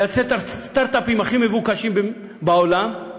לייצא את הסטרט-אפים הכי מבוקשים בעולם,